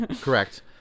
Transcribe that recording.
correct